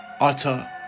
utter